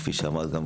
כפי שאמרת,